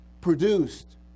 produced